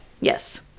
Yes